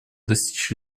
достичь